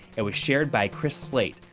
it was shared by chris slate,